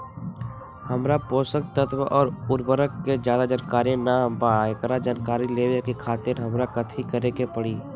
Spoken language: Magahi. हमरा पोषक तत्व और उर्वरक के ज्यादा जानकारी ना बा एकरा जानकारी लेवे के खातिर हमरा कथी करे के पड़ी?